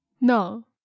No